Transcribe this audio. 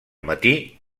matí